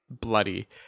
bloody